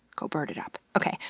go bird it up! okay,